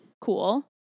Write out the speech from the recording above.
cool